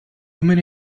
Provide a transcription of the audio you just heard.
woman